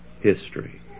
history